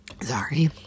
Sorry